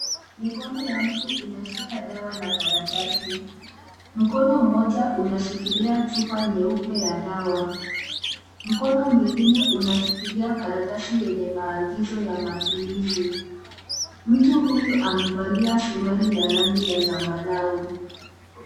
Mikono ya mtu inashika dawa na karatasi, mkono mmoja unashikilia chupa nyeupe ya dawa, mkono mwingine unashikilia karatasi yenye maagizo ya matumizi, mtu huyu amevalia suruali ya rangi ya zambarau.